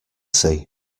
see